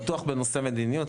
בטוח בנושא מדיניות,